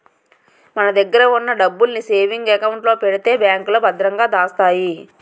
మన దగ్గర ఉన్న డబ్బుల్ని సేవింగ్ అకౌంట్ లో పెడితే బ్యాంకులో భద్రంగా దాస్తాయి